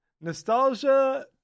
Nostalgia